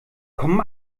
kommen